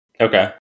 Okay